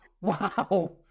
wow